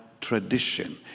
tradition